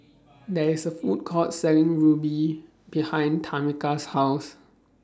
There IS A Food Court Selling Ruby behind Tameka's House